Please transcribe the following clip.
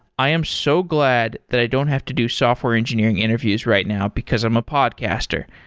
i am so glad that i don't have to do software engineering interviews right now, because i'm a podcaster.